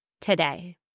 today